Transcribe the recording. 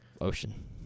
ocean